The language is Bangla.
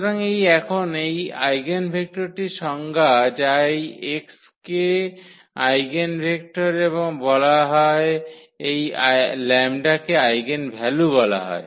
সুতরাং এটি এখন এই আইগেনভেক্টরটির সংজ্ঞা যা এই x কে আইগেনভেক্টর এবং বলা হয় এই 𝜆 কে আইগেনভ্যালু বলা হয়